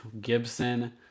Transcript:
Gibson